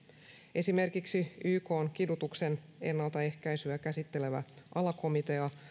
esimerkiksi ykn kidutuksen ennaltaehkäisyä käsittelevä alakomitea